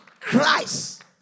Christ